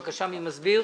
בבקשה, מי מסביר?